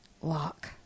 lock